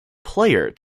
player